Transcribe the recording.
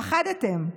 פחדתם,